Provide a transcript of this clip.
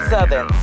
Southern